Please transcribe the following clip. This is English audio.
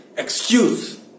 excuse